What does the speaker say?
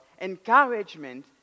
encouragement